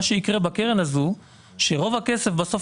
מה שיקרה בקרן הזאת זה שרוב הכסף בסוף